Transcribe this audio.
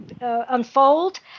unfold